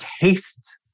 taste